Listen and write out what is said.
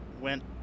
Went